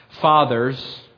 Fathers